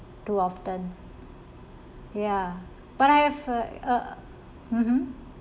too often ya but I have a a mmhmm